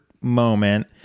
moment